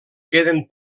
queden